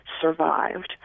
survived